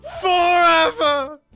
FOREVER